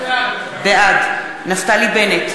בעד נפתלי בנט,